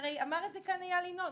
אמר את זה כאן איל ינון.